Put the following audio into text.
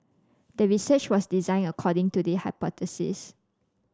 the research was designed according to the hypothesis